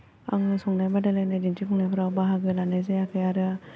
आङो संनाय बादायलायनाय दिन्थिफुंनायफोराव बाहागो लानाय जायाखै आरो